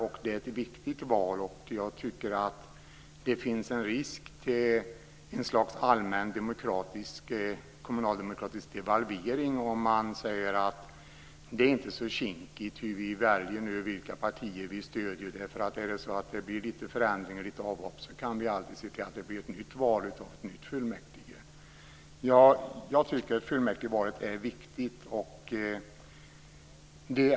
Det är ett viktigt val. Jag tycker att det finns en risk för ett slags allmän kommunaldemokratisk devalvering om man säger att det inte är så kinkigt hur vi väljer, vilka partier vi stöder därför att blir det förändringar kan vi alltid se till att det blir nyval och ett nytt fullmäktige. Jag tycker att fullmäktigevalet är viktigt.